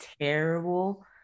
terrible